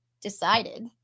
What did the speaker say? decided